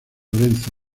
lorenzo